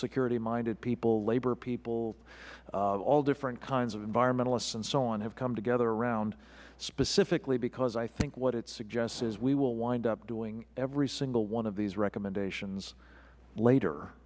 security minded people labor people all different kinds of environmentalists and so on have come together around specifically because i think what it suggests is we will wind up doing every single one of these recommendations later